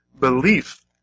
belief